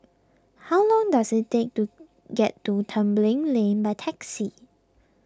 how long does it take to get to Tembeling Lane by taxi